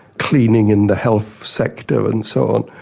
cleaning in the health sector and so on,